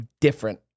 different